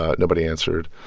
ah nobody answered.